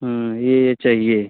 यह चाहिए